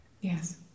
Yes